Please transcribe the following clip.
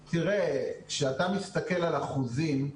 תראה, כשאתה מסתכל על אחוזים,